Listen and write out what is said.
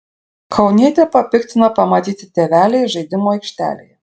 kaunietę papiktino pamatyti tėveliai žaidimų aikštelėje